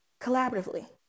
collaboratively